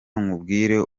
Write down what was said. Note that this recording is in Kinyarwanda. nkubwire